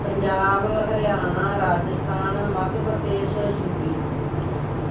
Punjab Haryana Rajasthan Madhya Pradesh UP